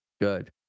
Good